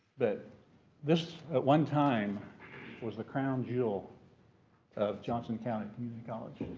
but this at one time was the crown jewel of johnson county community college.